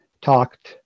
talked